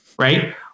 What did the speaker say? right